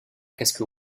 casque